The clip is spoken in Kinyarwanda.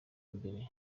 imbere